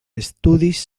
estudis